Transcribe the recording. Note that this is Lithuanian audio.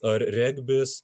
ar regbis